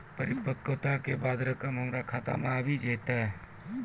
परिपक्वता के बाद रकम हमरा खाता मे आबी जेतै?